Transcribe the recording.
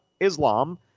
Islam